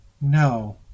No